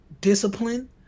discipline